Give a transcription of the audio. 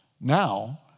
now